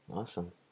awesome